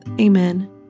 Amen